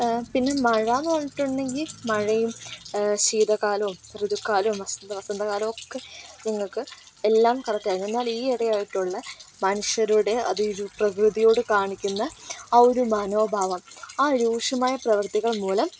പിന്നെ മഴ എന്ന് പറഞ്ഞിട്ടുണ്ടെങ്കിൽ മഴയും ശീതകാലവും ഋതുക്കാലവും വസന്തകാലവും ഒക്കെ എല്ലാം നിങ്ങൾക്ക് കറക്റ്റ് ആയിരുന്നു എന്നാൽ ഈയിടെ ആയിട്ടുള്ള മനുഷ്യരുടെ പ്രകൃതിയോട് കാണിക്കുന്ന ആ ഒരു മനോഭാവം ആ ഒരു രൂക്ഷമായ പ്രവർത്തികൾ മൂലം